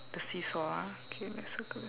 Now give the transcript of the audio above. the seesaw ah K let's circle